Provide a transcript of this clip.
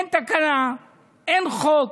אין תקנה, אין חוק,